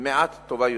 מעט טובה יותר.